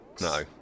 No